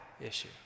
issue